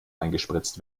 eingespritzt